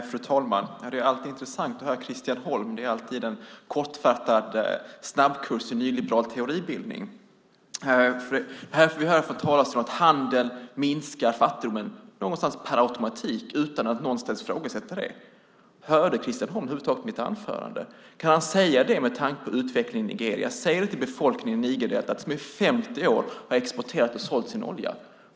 Fru talman! Det är alltid intressant att höra Christian Holm. Det blir alltid en kortfattad snabbkurs i nyliberal teoribildning. Här får vi höra från talarstolen att handeln minskar fattigdomen på något sätt per automatik utan att någon ska ifrågasätta det. Hörde Christian Holm över huvud taget mitt anförande? Kan han säga det med tanke på utvecklingen i Nigeria? Kan han säga det till befolkningen i Nigerdeltat, som i 50 år har exporterat och sålt sin olja?